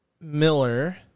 Miller